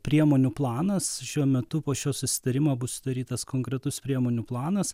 priemonių planas šiuo metu po šio susitarimo bus sudarytas konkretus priemonių planas